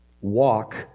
Walk